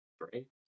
Great